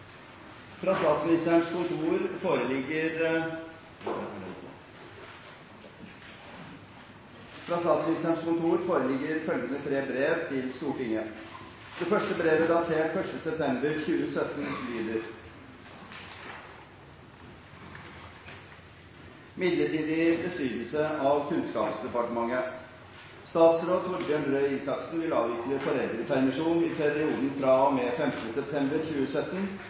Fra Statsministerens kontor foreligger følgende tre brev til Stortinget: Det første brevet, datert 1. september 2017, lyder: «Midlertidig bestyrelse av Kunnskapsdepartementet Statsråd Torbjørn Røe Isaksen vil avvikle foreldrepermisjon i perioden fra og med 15. september 2017